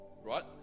right